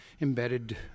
embedded